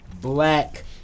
black